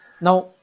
now